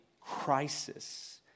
crisis